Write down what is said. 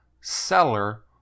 seller